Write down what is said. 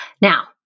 Now